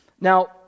Now